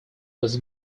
was